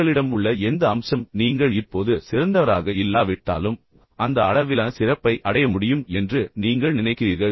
உங்களிடம் உள்ள எந்த அம்சம் நீங்கள் இப்போது சிறந்தவராக இல்லாவிட்டாலும் அந்த அளவிலான சிறப்பை அடைய முடியும் என்று நீங்கள் நினைக்கிறீர்கள்